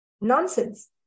nonsense